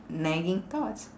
nagging thoughts